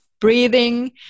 breathing